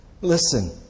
listen